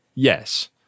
Yes